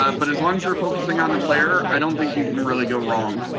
um but as long as you're focusing on the player, i don't think you can really go wrong.